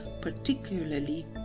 particularly